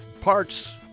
Parts